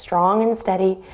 strong and steady.